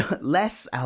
Less